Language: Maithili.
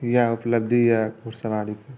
इएह उपलब्धि अइ घुड़सवारीके